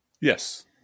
Yes